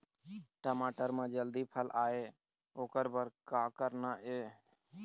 टमाटर म जल्दी फल आय ओकर बर का करना ये?